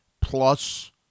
plus